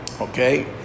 okay